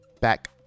back